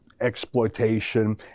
exploitation